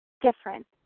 different